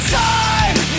time